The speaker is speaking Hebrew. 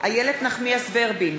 איילת נחמיאס ורבין,